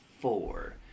four